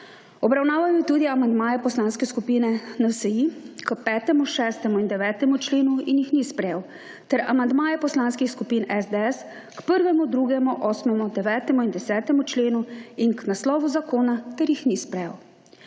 Obravnaval je tudi amandmaje Poslanske skupine NSi k 5., 6. in 9. členu in jih ni sprejel, ter amandmaje Poslanske skupine SDS k 1., 2., 8., 9., 10. členu in k naslovu zakona ter jih ni sprejel.